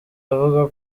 avuga